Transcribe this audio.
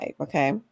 okay